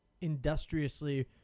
industriously